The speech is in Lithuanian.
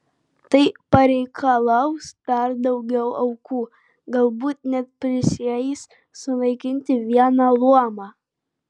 tai pareikalaus dar daugiau aukų galbūt net prisieis sunaikinti vieną luomą